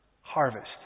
harvest